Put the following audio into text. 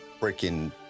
freaking